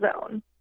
zone